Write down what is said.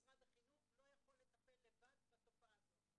משרד החינוך לא יכול לטפל לבד בתופעה הזו.